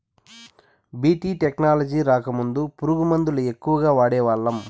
BT technology రాకముందు పురుగు మందుల ఎక్కువగా వాడేవాళ్ళం